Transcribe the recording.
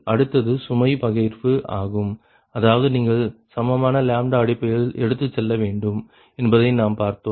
அடுத்தது சுமை பகிர்வு ஆகும் அதாவது நீங்கள் சமமான அடிப்படையில் எடுத்துச்செல்ல வேண்டும் என்பதை நாம் பார்த்தோம்